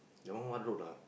that one what road ah